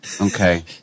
Okay